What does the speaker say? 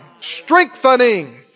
strengthening